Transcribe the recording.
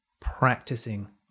practicing